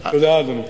תודה, אדוני.